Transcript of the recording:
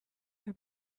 her